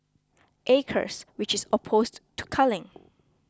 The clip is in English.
acres which is opposed to culling